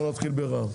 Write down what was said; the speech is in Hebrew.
בואו נתחיל ברע"מ.